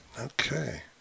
Okay